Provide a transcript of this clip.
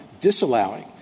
disallowing